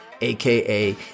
aka